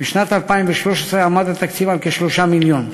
בשנת 2013 עמד התקציב על כ-3 מיליון.